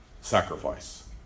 sacrifice